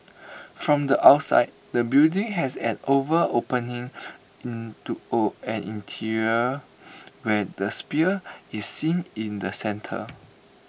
from the outside the building has an oval opening an interior where the sphere is seen in the centre